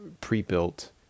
pre-built